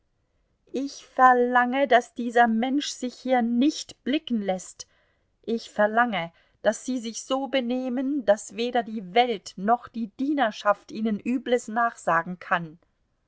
ich verlange daß dieser mensch sich hier nicht blicken läßt ich verlange daß sie sich so benehmen daß weder die welt noch die dienerschaft ihnen übles nachsagen kann